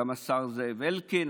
גם השר זאב אלקין.